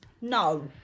No